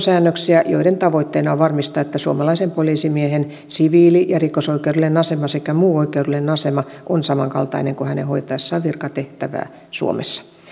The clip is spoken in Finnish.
säännöksiä joiden tavoitteena on varmistaa että suomalaisen poliisimiehen siviili ja rikosoikeudellinen asema sekä muu oikeudellinen asema on samankaltainen kuin hänen hoitaessaan virkatehtävää suomessa